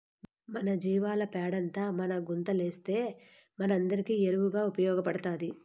మీ జీవాల పెండంతా మా గుంతలేస్తే మనందరికీ ఎరువుగా ఉపయోగపడతాది